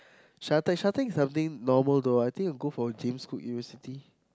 Shatec Shatec is something normal though I think you'll go for James-Cook-University